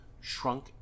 shrunk